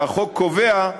שהחוק קובע,